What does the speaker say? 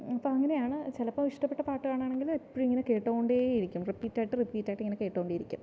ഇപ്പോൾ അങ്ങനെയാണ് ചിലപ്പോൾ ഇഷ്ടപ്പെട്ട പാട്ടാണെങ്കിൽ എപ്പോഴും ഇങ്ങനെ കേട്ടുകൊണ്ടേ ഇരിക്കും റിപ്പീറ്റ് ആയിട്ട് റിപ്പീറ്റ് ആയിട്ട് ഇങ്ങനെ കേട്ടു കൊണ്ടേ ഇരിക്കും